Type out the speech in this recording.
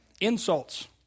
Insults